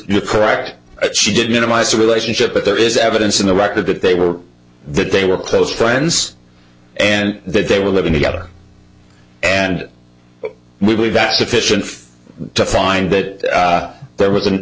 you're correct that she did minimize the relationship but there is evidence in the record that they were that they were close friends and that they were living together and we believe that sufficient to find that there was an